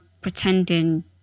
pretending